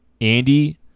Andy